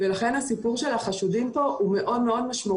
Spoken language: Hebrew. לכן הסיפור של החשודים מאוד משמעותי.